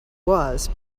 was